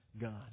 God